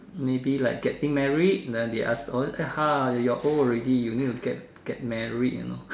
maybe like getting married then they ask all !huh! you're old already you need to get get married you know